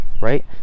right